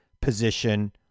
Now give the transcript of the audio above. position